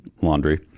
Laundry